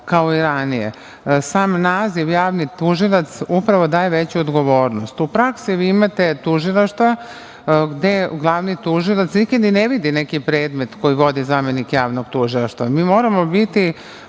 kao i ranije. Sam naziv javni tužilac upravo daje veću odgovornost.U praksi vi imate tužilaštva gde glavni tužilac nekad i ne vidi neki predmet koji vodi zamenik javnog tužilaštva. Mi moramo biti